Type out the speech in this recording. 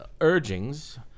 urgings